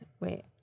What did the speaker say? Wait